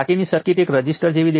5×2VdVdtછે